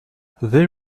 they